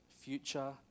future